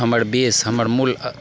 हमर बेस हमर मूल